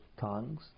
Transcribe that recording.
tongues